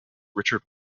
richard